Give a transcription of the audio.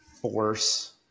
force